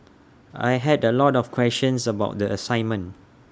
I had A lot of questions about the assignment